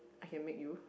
I can make you